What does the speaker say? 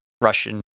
Russian